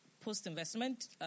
post-investment